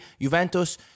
Juventus